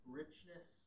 richness